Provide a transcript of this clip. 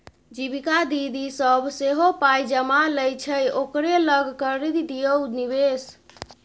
जीविका दीदी सभ सेहो पाय जमा लै छै ओकरे लग करि दियौ निवेश